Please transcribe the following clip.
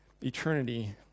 eternity